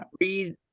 Read